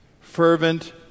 Fervent